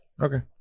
Okay